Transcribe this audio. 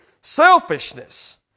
selfishness